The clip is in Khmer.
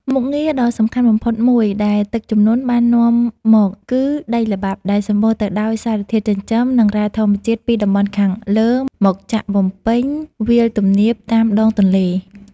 មុខងារដ៏សំខាន់បំផុតមួយដែលទឹកជំនន់បាននាំមក គឺដីល្បាប់ដែលសម្បូរទៅដោយសារធាតុចិញ្ចឹម និងរ៉ែធម្មជាតិពីតំបន់ខាងលើ មកចាក់បំពេញវាលទំនាបតាមដងទន្លេ។